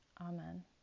Amen